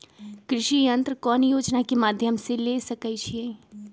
कृषि यंत्र कौन योजना के माध्यम से ले सकैछिए?